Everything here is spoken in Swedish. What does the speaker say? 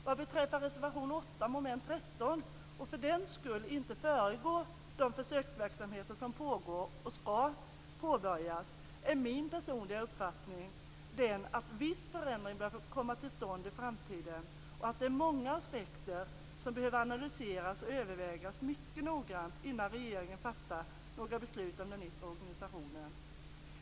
Vad beträffar reservation 8 under mom. 13 är min personliga uppfattning - utan att för den skull föregå de försöksverksamheter som pågår och skall påbörjas - att en viss förändring bör komma till stånd i framtiden och att det är många aspekter som behöver analyseras och övervägas mycket noggrant innan regeringen fattar några beslut om den yttre organisationen.